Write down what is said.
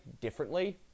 differently